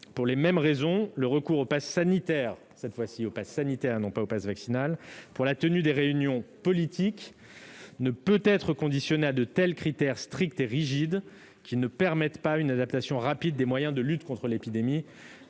Pour les mêmes raisons, le recours au passe sanitaire, et non pas vaccinal, pour la tenue de réunions politiques, ne peut être conditionné à de tels critères stricts et rigides, qui ne permettent pas une adaptation rapide des moyens de lutte contre l'épidémie.